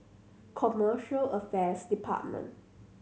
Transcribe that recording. Commercial Affairs Department